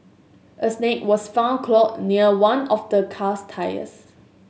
a snake was found coiled near one of the car's tyres